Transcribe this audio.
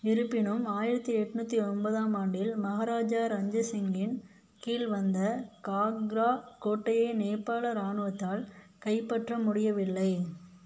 இருப்பினும் ஆயிரத்து எட்நுாற்றி ஒம்பதாம் ஆண்டில் மகாராஜா ரஞ்சித் சிங்கின் கீழ் வந்த காங்க்ரா கோட்டையை நேபாள இராணுவத்தால் கைப்பற்ற முடியவில்லை